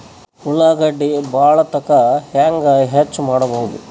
ಉಳ್ಳಾಗಡ್ಡಿ ಬಾಳಥಕಾ ಹೆಂಗ ಹೆಚ್ಚು ಮಾಡಬಹುದು?